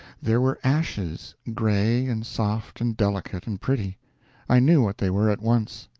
there were ashes, gray and soft and delicate and pretty i knew what they were at once.